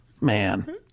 Man